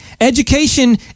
education